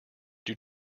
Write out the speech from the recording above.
due